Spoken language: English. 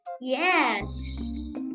Yes